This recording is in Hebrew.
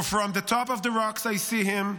For from the top of the rocks I see him,